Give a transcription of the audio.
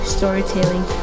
storytelling